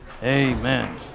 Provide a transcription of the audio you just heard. Amen